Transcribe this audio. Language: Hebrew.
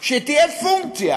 שתהיה פונקציה